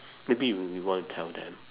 maybe you you want to tell them